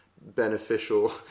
beneficial